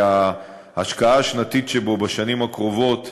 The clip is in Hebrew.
שההשקעה השנתית בו בשנים הקרובות